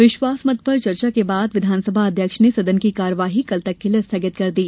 विश्वास मत पर चर्चा के बाद विधानसभा अध्यक्ष ने सदन की कार्यवाई कल तक के लिये स्थगित कर दी